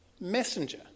messenger